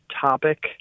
topic